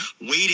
waiting